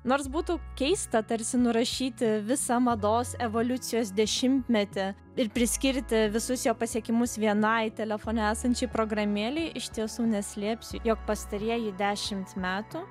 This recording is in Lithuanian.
nors būtų keista tarsi nurašyti visą mados evoliucijos dešimtmetį ir priskirti visus jo pasiekimus vienai telefone esančiai programėlei iš tiesų neslėpsiu jog pastarieji dešimt metų